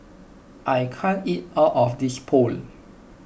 I can't eat all of this Pho